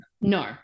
No